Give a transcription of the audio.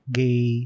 gay